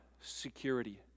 security